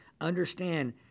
understand